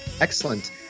excellent